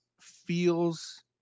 feels